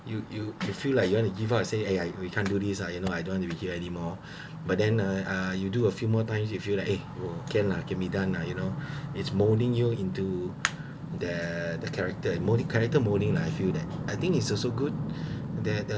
you you you feel like you wanna give up and say !aiya! we can't do this ah you know I don't to be here anymore but then uh uh you do a few more times you feel like eh can lah can be done lah you know is molding you into the the character mold~ the character molding lah I feel that I think that is also good that